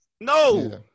No